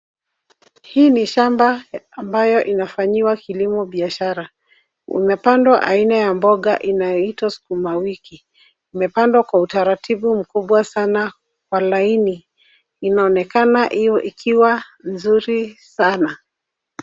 Hii ni shamba ambayo inafanyiwa kilimo biashara. Imepandwa aina ya mboga inayoitwa sukuma wiki. Imepandwa kwa utaratibu mkubwa sana wa laini. Inaonekana hiyo ikiwa nzuri sana.